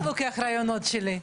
איך אתה לוקח רעיונות שלי?